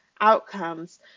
outcomes